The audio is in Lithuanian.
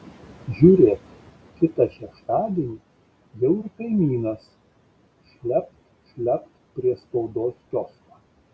žiūrėk kitą šeštadienį jau ir kaimynas šlept šlept prie spaudos kiosko